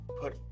put